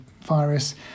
Virus